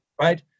right